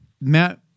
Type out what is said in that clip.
Matt